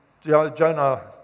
Jonah